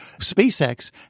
SpaceX